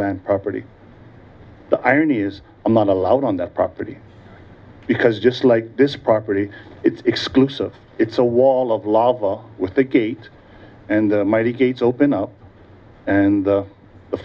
land property the irony is i'm not allowed on that property because just like this property it's exclusive it's a wall of lava with the gate and mighty gates open up and the